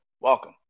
welcome